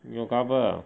你有 cover ah